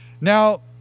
Now